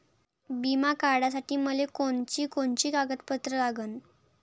बिमा काढासाठी मले कोनची कोनची कागदपत्र लागन?